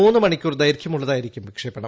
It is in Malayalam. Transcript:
മൂന്ന് മണിക്കൂർ ദൈർഘ്യം ഉള്ളതായിരിക്കും വിക്ഷേപണം